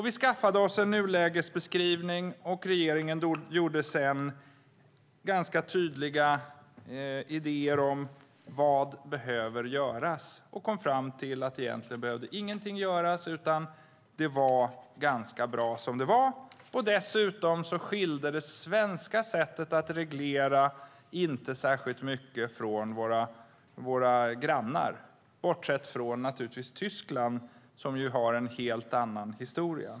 Vi skaffade oss en nulägesbeskrivning, och regeringen hade sedan ganska tydliga idéer om vad som behövde göras. Man kom fram till att egentligen behövde ingenting göras, utan det var ganska bra som det var. Dessutom skilde sig det svenska sättet att reglera inte särskilt mycket från våra grannars - naturligtvis bortsett från Tyskland som ju har en helt annan historia.